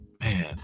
man